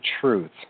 truth